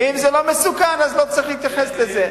ואם זה לא מסוכן, אז לא צריך להתייחס לזה.